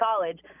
College